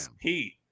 Pete